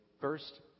first